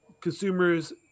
consumers